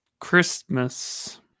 Christmas